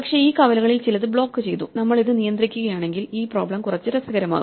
പക്ഷേ ഈ കവലകളിൽ ചിലത് ബ്ലോക്ക് ചെയ്തു നമ്മൾ ഇത് നിയന്ത്രിക്കുകയാണെങ്കിൽ ഈ പ്രോബ്ലം കുറച്ചു രസകരമാവും